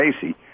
Casey